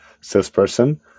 salesperson